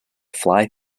fly